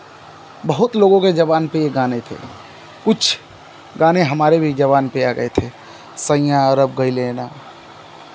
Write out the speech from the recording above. बहुत लोगों के ज़ुबान पे ये गाने थे कुछ गाने हमारे भी ज़ुबान पे आ गए थे सैयाँ अरब गइले ना